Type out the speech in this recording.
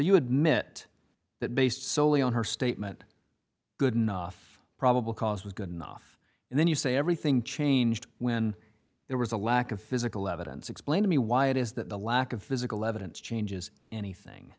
you admit that based solely on her statement good enough probable cause was good enough and then you say everything changed when there was a lack of physical evidence explain to me why it is that the lack of physical evidence changes anything